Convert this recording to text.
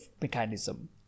mechanism